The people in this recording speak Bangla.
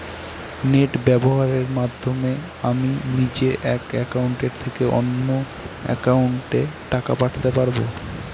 নেট ব্যবহারের মাধ্যমে আমি নিজে এক অ্যাকাউন্টের থেকে অন্য অ্যাকাউন্টে টাকা পাঠাতে পারব?